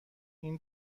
این